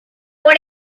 por